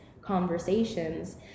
conversations